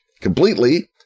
completely